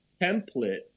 template